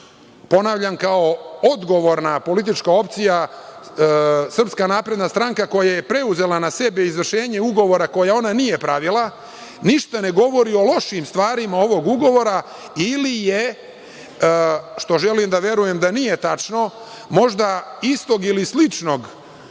zašto? Ponavljam, kao odgovorna politička opcija, SNS koja je preuzela na sebe izvršenje ugovora, koje ona nije pravila, ništa ne govori o lošim stvarima ovog ugovora ili je, što želim da verujem da nije tačno, možda istog ili sličnog